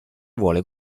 vuole